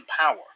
power